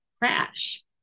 Crash